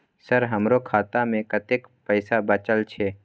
Sir हमरो खाता में कतेक पैसा बचल छे?